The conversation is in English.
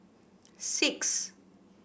six